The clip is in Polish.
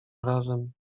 razem